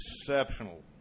exceptional